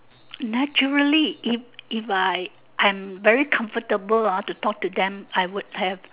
naturally if if I I'm very comfortable ah to talk to them I would have